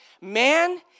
man